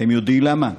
אתם יודעים למה?